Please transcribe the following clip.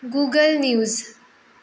Google news